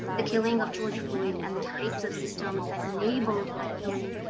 the killing of george floyd, and the types of systems that enabled that killing,